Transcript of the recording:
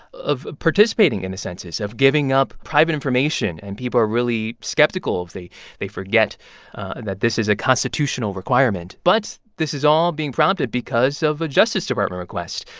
of participating in the census, of giving up private information. and people are really skeptical. they they forget that this is a constitutional requirement. but this is all being prompted because of a justice department request.